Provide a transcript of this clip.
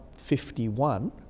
51